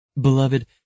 Beloved